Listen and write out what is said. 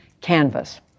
Canvas